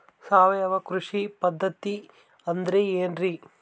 ಸಾವಯವ ಕೃಷಿ ಪದ್ಧತಿ ಅಂದ್ರೆ ಏನ್ರಿ?